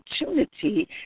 opportunity